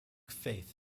faith